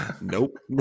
Nope